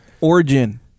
origin